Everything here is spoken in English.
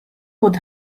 would